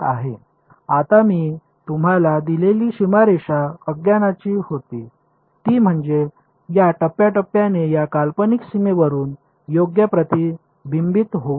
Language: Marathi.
आता मी तुम्हाला दिलेली सीमारेषा अज्ञानाची होती ती म्हणजे या टप्प्याटप्प्याने या काल्पनिक सीमेवरून योग्य प्रतिबिंबित होऊ नये